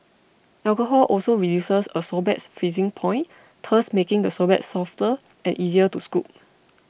alcohol also reduces a sorbet's freezing point thus making the sorbet softer and easier to scoop